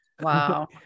Wow